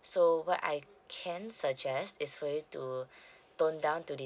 so what I can suggest is for you to tone down to the